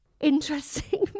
interesting